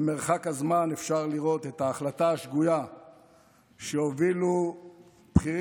במרחק הזמן אפשר לראות את ההחלטה השגויה שהובילו בכירים